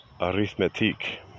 Arithmetic